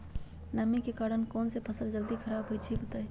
नमी के कारन कौन स फसल जल्दी खराब होई छई बताई?